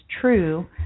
true